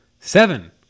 seven